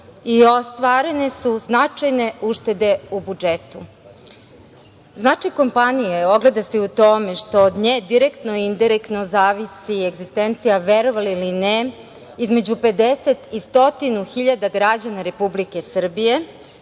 i ostvarene su značajne uštede u budžetu. Značaj kompanije se ogleda u tome što od nje direktno i indirektno zavisi egzistencija verovali ili ne, između 50 i 100 hiljada građana Republike Srbije,